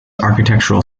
architectural